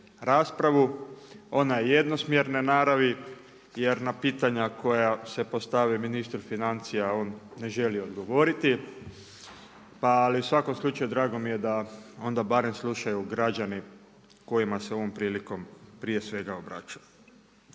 raspravu. Ona je jednosmjerne naravi, jer na pitanja koja se postavi ministar financija, on ne želi odgovoriti. Pa ali u svakom slučaju drago mi je da onda barem slušaju građani kojima se ovom prilikom prije svega obraćam.